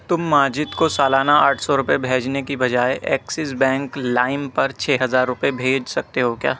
تم ماجد کو سالانہ آٹھ سو روپئے بھیجنے کی بجائے ایکسس بینک لائم پر چھ ہزار روپئے بھیج سکتے ہو کیا